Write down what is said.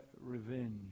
revenge